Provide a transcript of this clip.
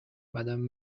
madame